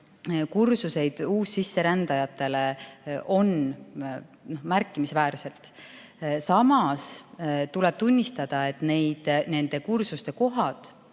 kursuseid uussisserändajatele on märkimisväärselt. Samas tuleb tunnistada, et nendel kursustel